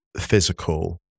physical